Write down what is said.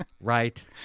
right